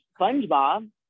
SpongeBob